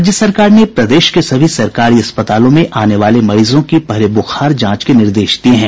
राज्य सरकार ने प्रदेश के सभी सरकारी अस्पतालों में आने वाले मरीजों की पहले बुखार जांच के निर्देश दिये हैं